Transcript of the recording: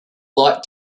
light